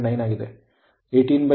9 ಆಗಿದೆ ಆದ್ದರಿಂದ 180